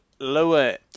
lower